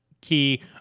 key